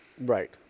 Right